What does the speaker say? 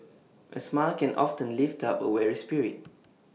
A smile can often lift up A weary spirit